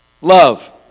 love